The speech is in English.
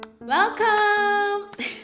welcome